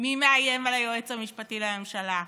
מי מאיים על היועץ המשפטי לממשלה.